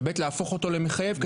ולהפוך אותו למחייב.